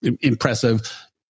impressive